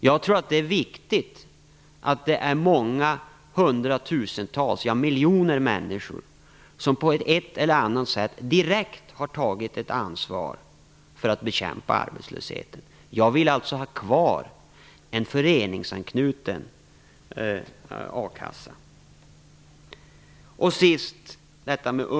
Jag tror att det är viktigt att det är många hundratusentals, ja, miljoner, människor som på ett eller annat sätt direkt tar ansvar för att bekämpa arbetslösheten. Jag vill alltså ha kvar en föreningsanknuten a-kassa.